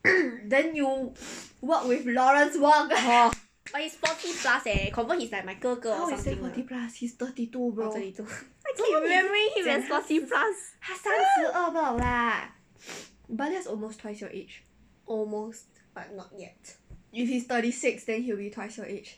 but he is forty plus leh confirm he is my 哥哥 or something almost but not yet